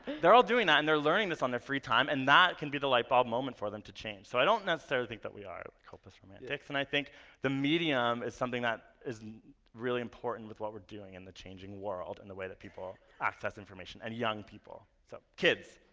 they're all doing that and they're learning this on their free time and that can be the lightbulb moment for them to change. so i don't necessarily think that we are hopeless romantics, and i think the medium is something that is really important with what we're doing in the changing world and the way that people access information. and young people. so, kids.